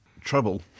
Trouble